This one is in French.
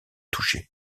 touchés